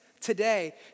today